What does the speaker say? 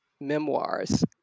memoirs